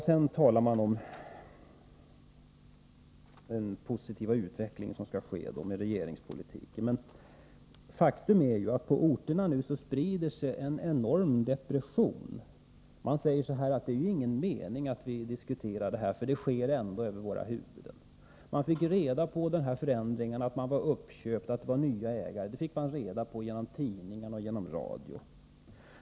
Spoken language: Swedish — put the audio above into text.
Sedan talar man om den positiva utveckling som skall ske med hjälp av regeringspolitiken. Men faktum är att det på berörda orter sprider sig en enorm depression. Man säger: Det är ingen mening att vi diskuterar, för allt sker ändå över våra huvuden. Man fick reda på att en förändring ägt rum, att företaget fått nya ägare, via tidningarna och radion.